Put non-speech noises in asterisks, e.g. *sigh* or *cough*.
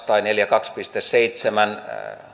*unintelligible* tai neljäkymmentäkaksi piste seitsemän